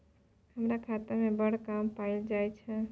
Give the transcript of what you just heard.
हमर खातामे बड़ कम पाइ बचल छै